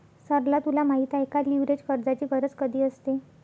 सरला तुला माहित आहे का, लीव्हरेज कर्जाची गरज कधी असते?